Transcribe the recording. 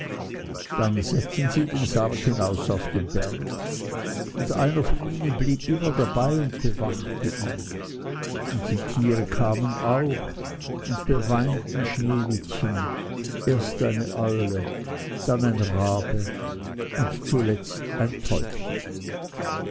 dann setzten sie den sarg hinaus auf den berg und einer von ihnen blieb immer dabei und bewachte ihn und die tiere kamen auch und beweinten sneewittchen erst eine eule dann ein rabe zuletzt ein täubchen